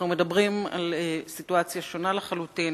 אנחנו מדברים על סיטואציה שונה לחלוטין,